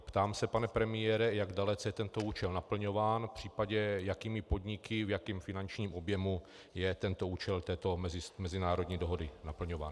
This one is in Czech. Ptám se, pane premiére, jak dalece je tento účel naplňován, případně jakými podniky, v jakém finančním objemu je tento účel této mezinárodní dohody naplňován.